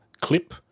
clip